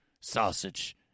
sausage